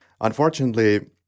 Unfortunately